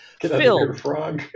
Phil